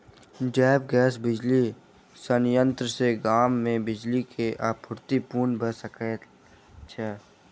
जैव गैस बिजली संयंत्र सॅ गाम मे बिजली के आपूर्ति पूर्ण भ सकैत छै